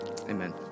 Amen